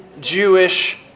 Jewish